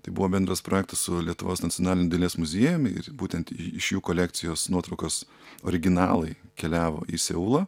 tai buvo bendras projektas su lietuvos nacionaliniu dailės muziejumi ir būtent iš jų kolekcijos nuotraukos originalai keliavo į seulą